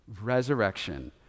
Resurrection